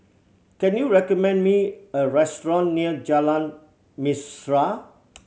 can you recommend me a restaurant near Jalan Mesra